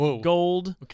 gold